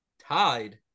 tied